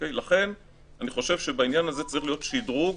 לכן, אני חושב שבעניין הזה צריך להיות שדרוג